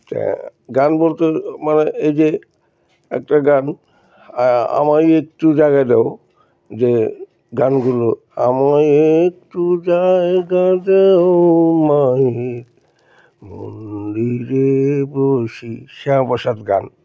ত্যা গান বলতে মানে এই যে একটা গান আমায় একটু জায়গা দাও যে গানগুলো আমায় একটু জায়গা দেও মায়ের মন্দিরে বসি শ্যামাপ্রসাদ গান